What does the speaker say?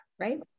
Right